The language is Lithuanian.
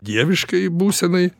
dieviškai būsenai